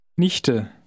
Nichte